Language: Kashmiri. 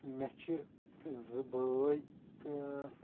مےٚ چھِ زٕ بٲے تہٕ